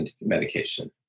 medication